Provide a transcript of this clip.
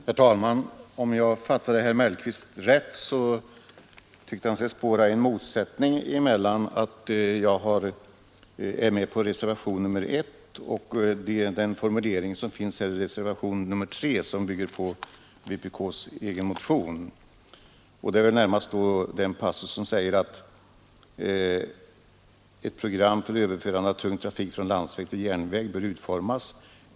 Herr talman! Om jag fattade herr Mellqvist rätt så tyckte han sig spåra en motsättning mellan att jag ansluter mig till reservationen 1 och en formulering i reservationen 3, som bygger på vänsterpartiet kommunister nas egen motion. Han avser väl då närmast den passus i reservationen 3 där det står: ”Ett program för överförande av tung trafik från landsväg till järnväg bör utformas.